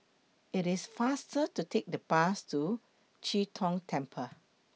IT IS faster to Take The Bus to Chee Tong Temple